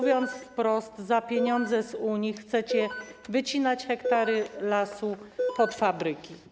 Mówiąc wprost: za pieniądze z Unii chcecie wycinać hektary lasów pod fabryki.